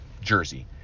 jersey